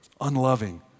Unloving